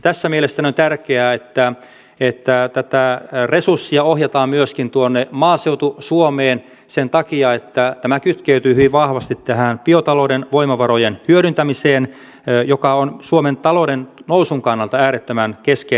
tässä mielestäni on tärkeää että tätä resurssia ohjataan myöskin maaseutu suomeen sen takia että tämä kytkeytyy hyvin vahvasti biotalouden voimavarojen hyödyntämiseen joka on suomen talouden nousun kannalta äärettömän keskeinen asia